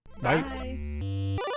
Bye